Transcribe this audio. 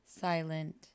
silent